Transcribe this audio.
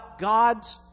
God's